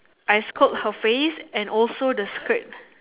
I scope her face and also the skirt